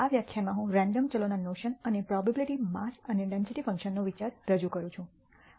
આ વ્યાખ્યાનમાં હું રેન્ડમ ચલોના નોશન અને પ્રોબેબીલીટી માસ અને ડેન્સિટી ફંક્શન્સ નો વિચાર રજૂ કરું છું